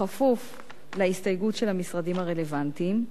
בכפוף להסתייגות של המשרדים הרלוונטיים,